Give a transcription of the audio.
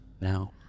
now